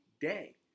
day